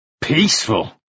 peaceful